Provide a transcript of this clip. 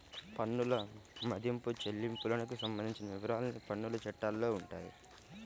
పన్నుల మదింపు, చెల్లింపులకు సంబంధించిన వివరాలన్నీ పన్నుల చట్టాల్లో ఉంటాయి